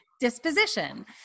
Disposition